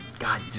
God